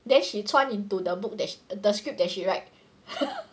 then she 穿 into the book that's the script that she write